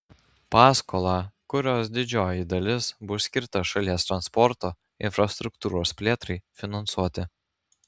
paskolą kurios didžioji dalis bus skirta šalies transporto infrastruktūros plėtrai finansuoti